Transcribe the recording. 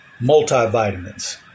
multivitamins